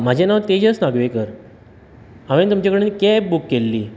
म्हजे नांव तेजस नागवेकर हांवें तुमचे कडेन कॅब बूक केल्ली